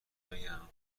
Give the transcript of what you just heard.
بگم